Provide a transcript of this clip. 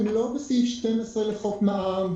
הם לא בסעיף 12 לחוק מע"מ,